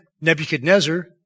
Nebuchadnezzar